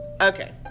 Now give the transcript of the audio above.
Okay